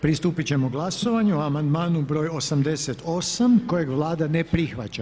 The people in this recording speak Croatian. Pristupiti ćemo glasovanju o amandmanu br. 88. kojeg Vlada ne prihvaća.